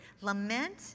Lament